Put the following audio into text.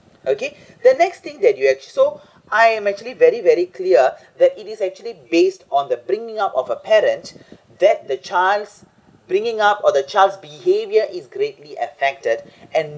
okay the next thing that you actually so I am actually very very clear that it is actually based on the bringing up of a parent that the child's bringing up or the child's behavior is greatly affected and